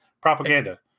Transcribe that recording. propaganda